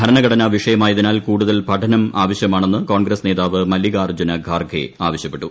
ഭരണഘടനാ വിഷയമായതിനാൽ കൂടുതൽ പഠനം ആവശ്യമാണെന്ന് കോൺഗ്രസ് നേതാവ് മല്ലികാർജ്ജുൻ ഖാർഗെ ആവശ്യപ്പെട്ടു